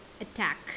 attack